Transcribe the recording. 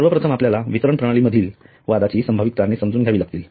सर्वप्रथम आपल्याला वितरण प्रणाली मधील वादाची संभावित कारणे समजून घ्यावी लागतील